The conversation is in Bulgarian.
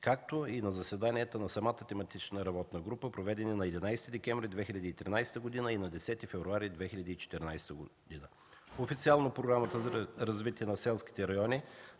както и на заседанията на самата тематична работна група, проведени на 11 декември 2013 г. и на 10 февруари 2014 г. Официално Програмата за развитие на селските райони